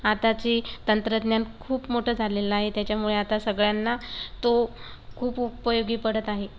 आताची तंत्रज्ञान खूप मोठं झालेलं आहे त्याच्यामुळे आता सगळ्यांना तो खूप उपयोगी पडत आहे